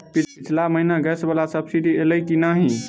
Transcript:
पिछला महीना गैस वला सब्सिडी ऐलई की नहि?